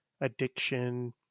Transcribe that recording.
addiction